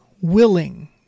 willing